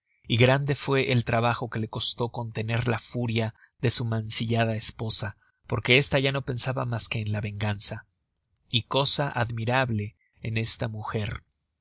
y grande fue el trabajo que le costó contener la furia de su mancillada esposa porque esta ya no pensaba mas que en la venganza y cosa admirable en esta mujer